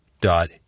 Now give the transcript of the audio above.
dot